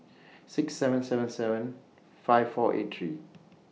six seven seven seven five four eight three